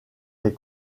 les